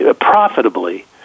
profitably